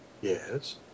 Yes